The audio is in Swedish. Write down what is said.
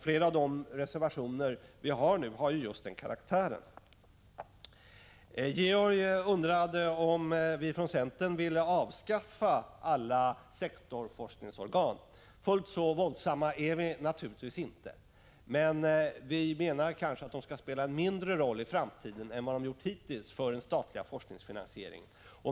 Flera av de reservationer vi nu avgivit har just den Prot. 1985/86:159 karaktären. 2 juni 1986 Georg Andersson undrade om vi från centern ville avskaffa alla sektorforskningsorgan. Fullt så våldsamma är vi naturligtvis inte, men vi menar kanske att de skall spela en mindre roll i framtiden än vad de gjort hittills för den statliga forskningsfinansieringen.